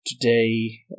today